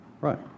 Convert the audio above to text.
right